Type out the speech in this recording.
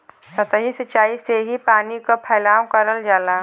सतही सिचाई से ही पानी क फैलाव करल जाला